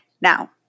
Now